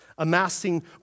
amassing